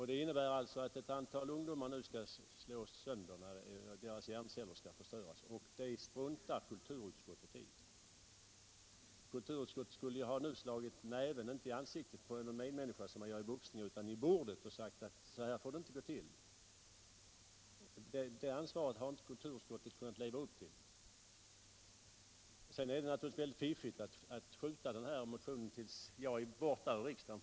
Det innebär att ett antal ungdomar skall slås sönder och deras hjärnceller förstöras, och det struntar kulturutskottet i. Kulturutskottet borde nu ha slagit näven, inte i ansiktet på en medmänniska, som man gör i boxningen, utan i bordet, och sagt ifrån att så här får det inte gå tillt Det ansvaret har inte kulturutskottet kunnat leva upp till. Sedan är det naturligtvis fiffigt att skjuta upp behandlingen av den här motionen tills jag är borta ur riksdagen.